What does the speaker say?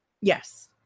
Yes